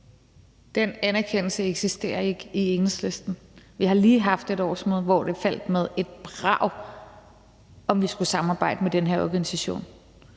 Den anerkendelse eksisterer ikke i Enhedslisten. Vi har lige haft et årsmøde, hvor det faldt med et brag, om vi skulle samarbejde med den her organisation.